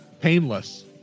Painless